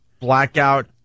blackout